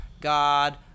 God